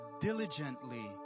diligently